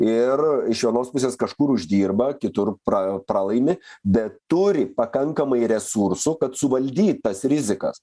ir iš vienos pusės kažkur uždirba kitur pra pralaimi bet turi pakankamai resursų kad suvaldyt tas rizikas